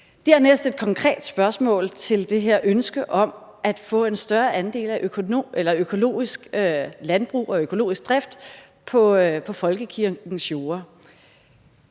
har jeg et konkret spørgsmål til det her ønske om at få en større andel af økologisk landbrug og økologisk drift på folkekirkens jorder.